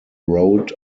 road